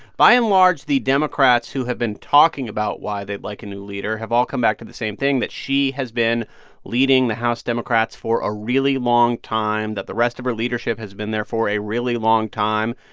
by and large, the democrats who have been talking about why they'd like a new leader have all come back to the same thing that she has been leading the house democrats for a really long time, that the rest of her leadership has been there for a really long time,